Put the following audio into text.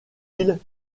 île